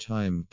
Time